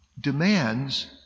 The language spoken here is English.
demands